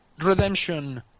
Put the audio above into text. redemption